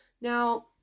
Now